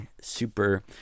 super